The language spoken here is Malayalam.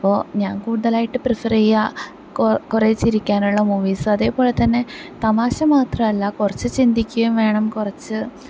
അപ്പോൾ ഞാൻ കൂടുതലായിട്ട് പ്രിഫർ ചെയ്യുക കോ കുറെ ചിരിക്കാനുള്ള മൂവീസ് അതേപോലെ തന്നെ തമാശ മാത്രമല്ല കുറച്ച് ചിന്തിക്കുകയും വേണം കുറച്ച്